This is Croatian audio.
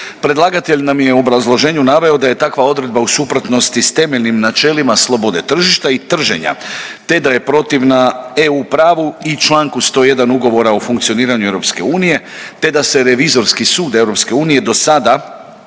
Predlagatelj nam je u obrazloženju naveo da je takva odredba u suprotnosti s temeljenim načelima slobode tržišta i trženja te da je protivna eu pravu i čl. 101. Ugovora o funkcioniranju EU te da se Revizorski sud EU do sada